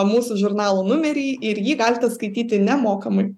mūsų žurnalo numerį ir jį galite skaityti nemokamai